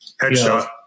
headshot